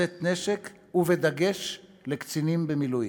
לשאת נשק, בדגש על קצינים במילואים,